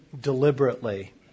deliberately